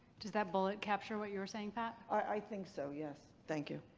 does that bullet capture what you were saying, pat? i think so. yes. thank you.